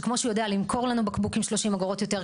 שכמו שהוא יודע למכור לנו בקבוקים 30 אגורות יותר,